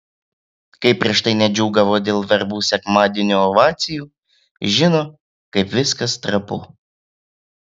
kaip prieš tai nedžiūgavo dėl verbų sekmadienio ovacijų žino kaip viskas trapu